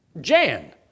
Jan